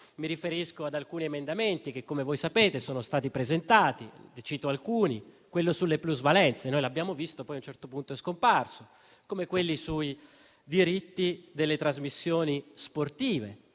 mi riferisco ad alcuni emendamenti che - come sapete - sono stati presentati. Ne cito alcuni: quello sulle plusvalenze, che abbiamo visto e che poi a un certo punto è scomparso; o quelli sui diritti per le trasmissioni sportive,